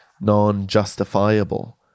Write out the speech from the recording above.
non-justifiable